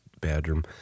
bedroom